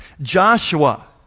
Joshua